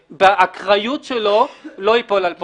שבאקראיות שלו לא ייפול על פורנוגרפיה.